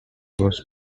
was